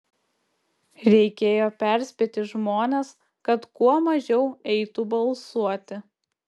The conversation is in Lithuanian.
reikėjo perspėti žmones kad kuo mažiau eitų balsuoti